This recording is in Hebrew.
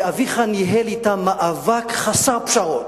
שאביך ניהל אתה מאבק אידיאולוגי חסר פשרות.